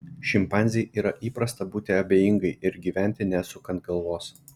šimpanzei yra įprasta būti abejingai ir gyventi nesukant galvos